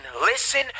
listen